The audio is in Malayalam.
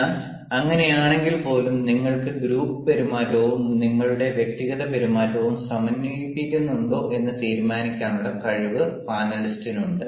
എന്നാൽ അങ്ങനെയാണെങ്കിൽപ്പോലും നിങ്ങൾക്ക് ഗ്രൂപ്പ് പെരുമാറ്റവും നിങ്ങളുടെ വ്യക്തിഗത പെരുമാറ്റവും സമന്വയിപ്പിക്കുന്നുണ്ടോ എന്ന് തീരുമാനിക്കാനുള്ള കഴിവ് പാനലിസ്റ്റിന് ഉണ്ട്